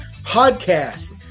podcast